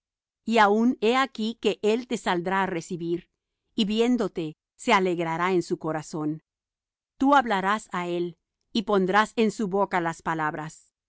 y aun he aquí que él te saldrá á recibir y en viéndote se alegrará en su corazón tú hablarás á él y pondrás en su boca las palabras